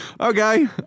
Okay